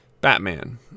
Batman